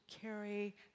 carry